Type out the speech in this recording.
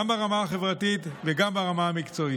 גם ברמה החברתית וגם ברמה המקצועית.